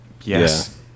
Yes